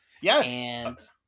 Yes